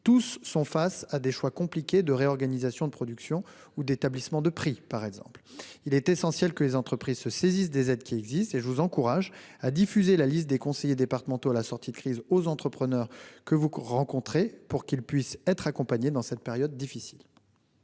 Tous font face à des choix compliqués de réorganisation de leur production ou d'établissement de leurs prix, par exemple. Il est essentiel que les entreprises se saisissent des aides qui existent. Je vous encourage donc à diffuser la liste des conseillers départementaux à la sortie de crise aux entrepreneurs que vous rencontrez, afin que ceux-ci soient accompagnés dans cette période difficile.